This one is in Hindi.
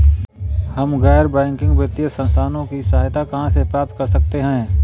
हम गैर बैंकिंग वित्तीय संस्थानों की सहायता कहाँ से प्राप्त कर सकते हैं?